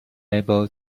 able